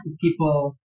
people